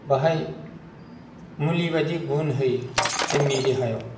बेहाय मुलिबादि गुन होयो जोंनि देहायाव